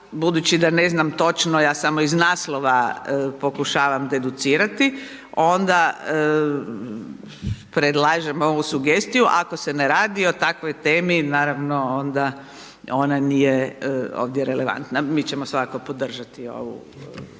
budući da ne znam točno, ja samo iz naslova pokušavam deducirati, onda, predlažem ovu sugestiju, ako se ne radi o takvoj temi, naravno onda ovdje nije relevantna. Mi ćemo svakako podržati ovo